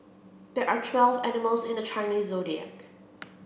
there are twelve animals in the Chinese Zodiac